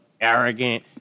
arrogant